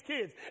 kids